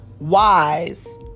wise